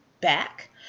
back